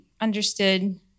understood